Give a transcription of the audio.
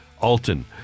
Alton